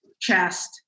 chest